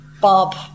Bob